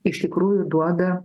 iš tikrųjų duoda